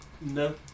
No